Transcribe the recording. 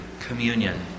communion